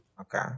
okay